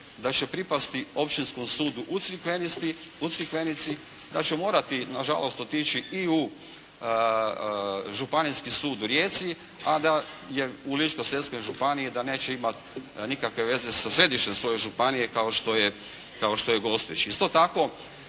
da će pripasti Općinskom sudu u Crikvenici, da će morati nažalost otići i u Županijski sud u Rijeci, a da je u Ličko-senjskoj županiji da neće imat nikakve veze sa središtem svoje županije kao što je Gospić. Isto tako